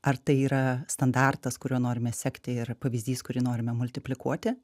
ar tai yra standartas kuriuo norime sekti ir pavyzdys kurį norime multiplikuoti